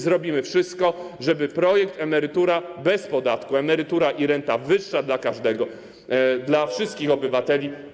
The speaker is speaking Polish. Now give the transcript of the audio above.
Zrobimy wszystko, żeby wszedł w życie projekt Emerytura bez podatku, emerytura i renta wyższa dla każdego, dla wszystkich obywateli.